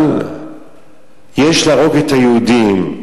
יש להרוג את היהודים,